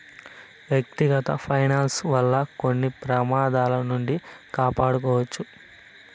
వ్యక్తిగత ఫైనాన్స్ వల్ల కొన్ని ప్రమాదాల నుండి కాపాడుకోవచ్చు